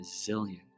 resilient